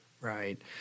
Right